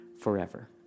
forever